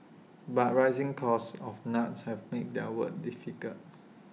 but rising costs of nuts have made their work difficult